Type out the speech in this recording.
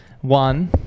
One